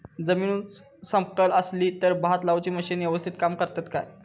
जमीन उच सकल असली तर भात लाऊची मशीना यवस्तीत काम करतत काय?